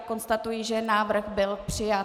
Konstatuji, že návrh byl přijat.